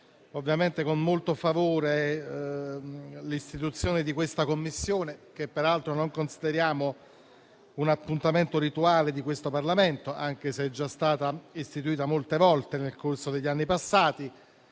accogliamo con molto favore l'istituzione di questa Commissione, che non consideriamo però un appuntamento rituale di questo Parlamento, anche se è già stata istituita molte volte nel corso delle passate